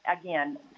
again